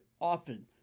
often